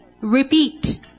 repeat